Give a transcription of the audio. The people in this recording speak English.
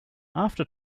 after